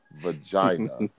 vagina